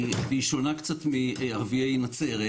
היא שונה קצת מערביי נצרת,